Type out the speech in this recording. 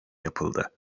yapıldı